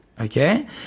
okay